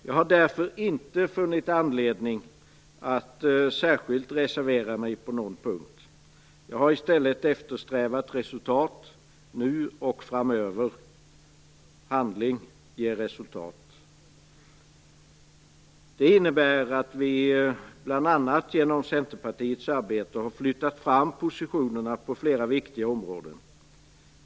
Jag har därför inte funnit anledning att särskilt reservera mig på någon punkt. Jag har i stället eftersträvat resultat - nu och framöver. Handling ger resultat. Det innebär att vi bl.a. genom Centerpartiets arbete har flyttat fram positionerna på flera viktiga områden.